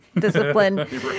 Discipline